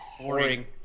boring